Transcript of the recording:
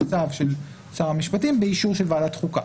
בצו של שר המשפטים באישור של ועדת החוקה,